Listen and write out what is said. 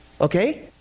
Okay